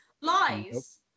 Lies